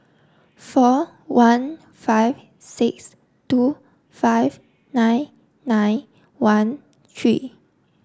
four one five six two five nine nine one three